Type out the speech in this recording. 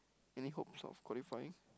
any hopes of qualifying